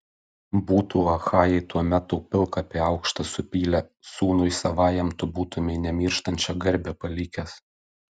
būtų achajai tuomet tau pilkapį aukštą supylę sūnui savajam tu būtumei nemirštančią garbę palikęs